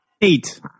Eight